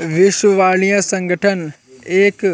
विश्व वाणिज्य संगठन एक